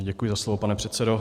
Děkuji za slovo, pane předsedo.